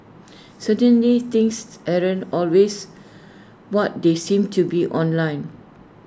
certainly things always what they seem to be online